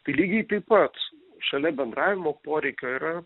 tai lygiai taip pat šalia bendravimo poreikio yra